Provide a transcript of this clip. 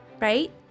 right